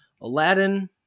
Aladdin